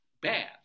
bad